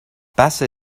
بسه